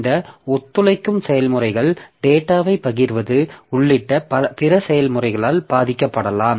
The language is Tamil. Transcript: இந்த ஒத்துழைக்கும் செயல்முறைகள் டேட்டாவைப் பகிர்வது உள்ளிட்ட பிற செயல்முறைகளால் பாதிக்கப்படலாம்